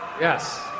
Yes